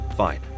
Fine